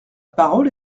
parole